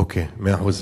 אוקיי, מאה אחוז.